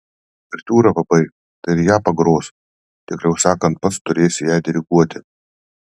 uvertiūrą pabaik tai ir ją pagros tikriau sakant pats turėsi ją diriguoti